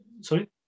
Sorry